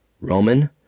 Roman